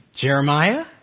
Jeremiah